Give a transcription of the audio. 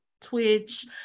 Twitch